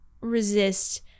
resist